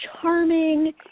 charming